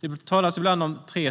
Det talas ibland om tre